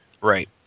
Right